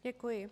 Děkuji.